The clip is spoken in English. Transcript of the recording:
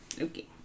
Okay